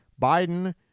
Biden